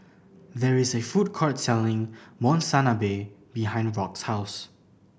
there is a food court selling Monsunabe behind Rock's house